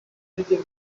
aribyo